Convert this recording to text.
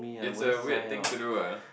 it's a weird thing to do ah